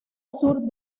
sur